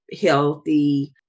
healthy